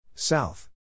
South